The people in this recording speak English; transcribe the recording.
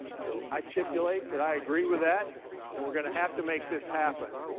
so i stipulate that i agree with that and we're gonna have to make this happen,